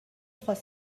trois